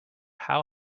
how